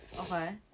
Okay